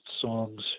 songs